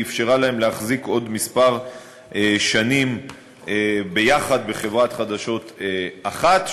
שאפשרה להן להחזיק עוד כמה שנים ביחד בחברת חדשות אחת.